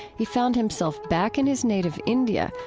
he found himself back in his native india,